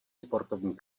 sportovní